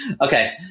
Okay